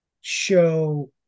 show